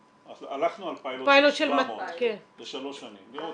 --- הלכנו על פיילוט של 700 לשלוש שנים לראות.